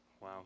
Wow